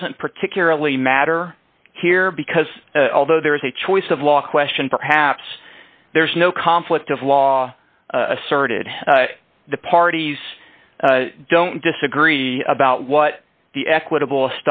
doesn't particularly matter here because although there is a choice of law question perhaps there's no conflict of law asserted the parties don't disagree about what the equitable